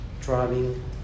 driving